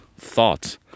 thoughts